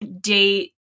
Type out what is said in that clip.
date